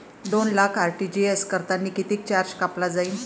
दोन लाख आर.टी.जी.एस करतांनी कितीक चार्ज कापला जाईन?